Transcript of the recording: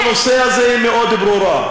הטענה שלנו בנושא הזה היא מאוד ברורה: